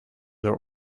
their